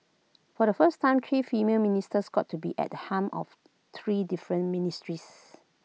for the first time three female ministers got to be at the helm of three different ministries